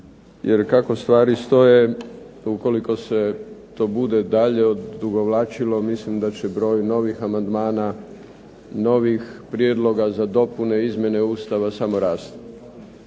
jer kako stvari stoje ukoliko se to bude dalje odugovlačilo mislim da će broj novih amandmana, novih prijedloga za dopune i izmjene Ustava samo rasti.